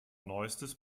neuestes